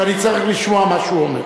שאני צריך לשמוע מה שהוא אומר.